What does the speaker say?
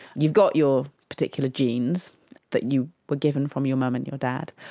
you've got your particular genes that you were given from your mum and your dad,